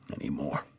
anymore